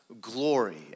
glory